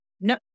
no